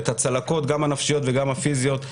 את הצלקות גם הנפשיות וגם הפיזיות,